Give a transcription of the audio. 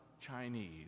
Chinese